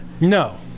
No